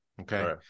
Okay